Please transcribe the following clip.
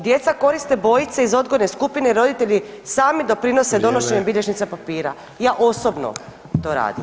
Djeca koriste bojice iz odgojne skupine i roditelji sami doprinose donošenjem [[Upadica Sanader: Vrijeme.]] bilježnica i papira, ja osobno to radim.